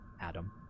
adam